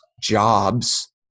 jobs